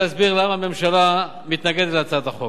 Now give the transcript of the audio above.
אמרתי את זה.